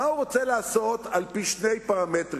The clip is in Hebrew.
מה הוא רוצה לעשות על-פי שני פרמטרים,